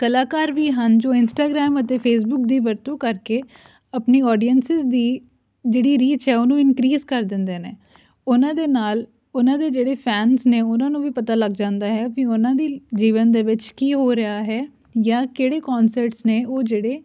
ਕਲਾਕਾਰ ਵੀ ਹਨ ਜੋ ਇੰਸਟਾਗਰਾਮ ਅਤੇ ਫੇਸਬੁੱਕ ਦੀ ਵਰਤੋਂ ਕਰਕੇ ਆਪਣੀ ਔਡੀਅੰਸਿਸ ਦੀ ਜਿਹੜੀ ਰੀਚ ਹੈ ਉਹਨੂੰ ਇੰਕਰੀਸ ਕਰ ਦਿੰਦੇ ਨੇ ਉਹਨਾਂ ਦੇ ਨਾਲ ਉਹਨਾਂ ਦੇ ਜਿਹੜੇ ਫੈਨਸ ਨੇ ਉਹਨਾਂ ਨੂੰ ਵੀ ਪਤਾ ਲੱਗ ਜਾਂਦਾ ਹੈ ਵੀ ਉਹਨਾਂ ਦੇ ਜੀਵਨ ਦੇ ਵਿੱਚ ਕੀ ਹੋ ਰਿਹਾ ਹੈ ਜਾਂ ਕਿਹੜੇ ਕੌਂਸਰਟਸ ਨੇ ਉਹ ਜਿਹੜੇ